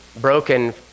broken